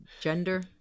Gender